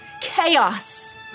Chaos